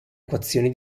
equazioni